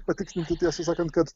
patikslinti tiesą sakant kad